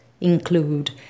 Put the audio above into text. include